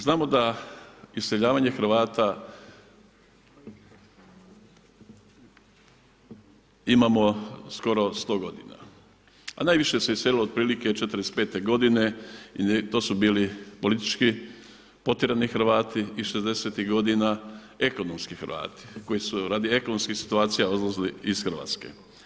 Znamo da iseljavanja Hrvata imamo skoro 100 godina, a najviše se iselilo otprilike 45.godine, to su bili politički potjerani Hrvati i '60.ih godina ekonomskih vrati, koji su radi ekonomskih situacija odlazili iz Hrvatske.